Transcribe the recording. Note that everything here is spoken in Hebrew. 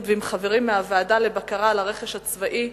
ועם חברים מהוועדה לבקרה על הרכש הצבאי,